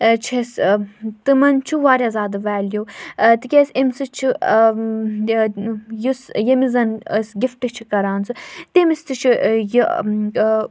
چھِ أسۍ تِمَن چھُ واریاہ زیادٕ ویلیوٗ تِکیٛازِ اَمہِ سۭتۍ چھُ یُس ییٚمِس زَن أسۍ گِفٹ چھِ کَران سُہ تٔمِس تہِ چھُ یہِ